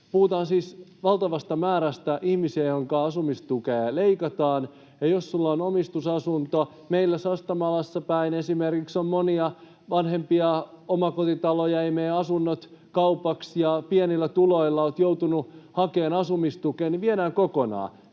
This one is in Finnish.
puhutaan siis valtavasta määrästä ihmisiä, joiden asumistukea leikataan. Ja jos sinulla on omistusasunto — esimerkiksi meillä Sastamalassa päin on monia vanhempia omakotitaloja — ja ei mene asunto kaupaksi ja pienillä tuloilla olet joutunut hakemaan asumistukea, niin se viedään kokonaan.